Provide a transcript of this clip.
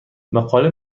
مقاله